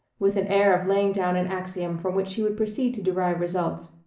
with an air of laying down an axiom from which she would proceed to derive results.